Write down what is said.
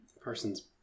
persons